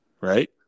right